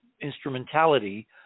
instrumentality